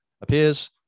appears